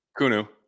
Kunu